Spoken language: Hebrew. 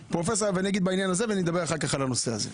אני אגיד משהו בעניין הזה ואחר-כך אדבר על הנושא הזה.